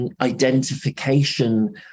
identification